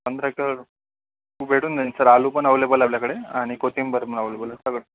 पंधरा किलो भेटून जाईल सर आलू पण अव्हेलेबल आहे आपल्याकडे आणि कोथिंबीर पण अव्हेलेबल आहे सगळं